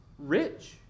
rich